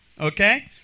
Okay